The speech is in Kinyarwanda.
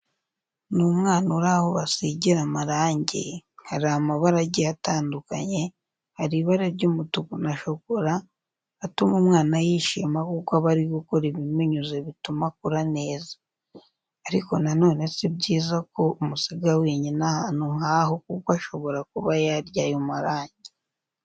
Ni umwana uri aho basigira amarange, hari amabara agiye atandukanye, hari ibara ry'umutuku na shokora, atuma umwana yishima kuko aba ari gukora ibimunyuze bituma akura neza. Ariko na none sibyiza ko umusiga wenyine ahantu nkaho kuko ashobora kuba yarya ayo marange